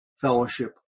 fellowship